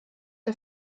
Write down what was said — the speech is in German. der